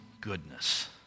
goodness